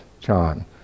John